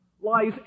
lies